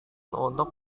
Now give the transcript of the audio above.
untuk